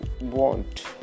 want